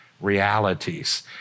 realities